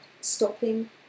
stopping